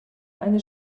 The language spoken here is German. eine